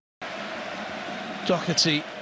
Doherty